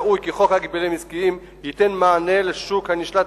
ראוי כי חוק ההגבלים העסקיים ייתן מענה לשוק הנשלט